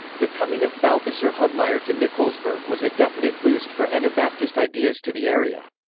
the coming of balthasar hubmaier to nikolsburg was a definite boost for anabaptist ideas to the area.